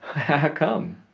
how come?